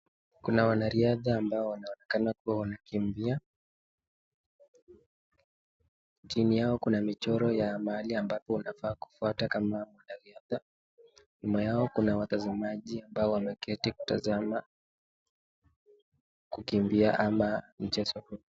Kuna wanariadha ambayo wanaonekana kua wanakimbia, chini yao kuna michoro ya ambayo unafaa kufwata unapokimbia, nyuma yao kuna watazamaji ambao wanatazama kukukimbia ama mchezo huu.